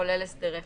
כולל הסדרי חוב.